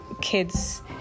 kids